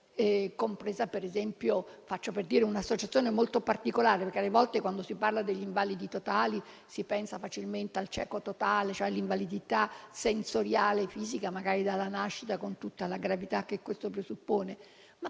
compresa per esempio un'associazione molto particolare. Alle volte, infatti, quando si parla degli invalidi totali si pensa facilmente al cieco totale, cioè all'invalidità sensoriale e fisica magari dalla nascita, con tutta la gravità che questo presuppone,